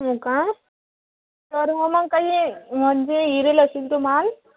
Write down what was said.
हो का तर मग काही म्हणजे इरेल असेल तो माल